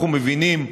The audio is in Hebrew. כשאנחנו מבינים,